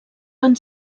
van